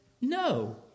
No